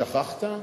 שכחת?